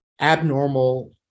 abnormal